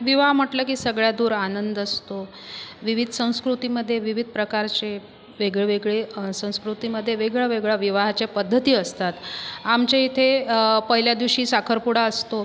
विवाह म्हटलं की सगळ्या दूर आनंद असतो विविध संस्कृतीमध्ये विविध प्रकारचे वेगवेगळे संस्कृतीमध्ये वेगळ्या वेगळ्या विवाहाच्या पद्धती असतात आमच्या इथे पहिल्या दिवशी साखरपुडा असतो